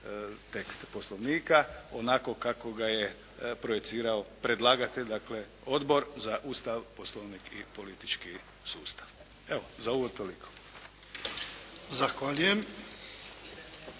tekst Poslovnika onako kako ga je projicirao predlagatelj dakle, Obor za Ustav, Poslovnik i politički sustav. Evo za uvod, toliko. **Jarnjak,